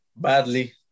badly